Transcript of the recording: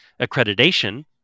accreditation